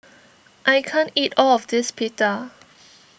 I can't eat all of this Pita